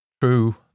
true